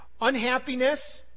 unhappiness